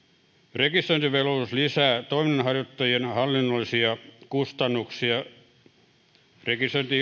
rekisteröintivelvollisuus lisää toiminnanharjoittajien hallinnollisia kustannuksia rekisteröinti